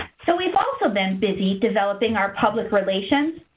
so we've also been busy developing our public relations,